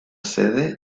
sede